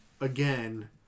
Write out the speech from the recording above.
again